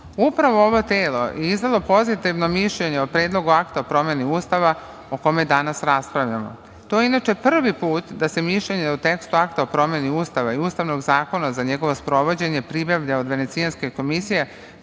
ovo telo je iznelo pozitivno mišljenje o Predlogu akta o promeni Ustava o kome danas raspravljamo. To je inače prvi put da se mišljenje u tekstu akta o promeni Ustava i Ustavnog zakona za njegovo sprovođenje pribavlja od Venecijanske komisije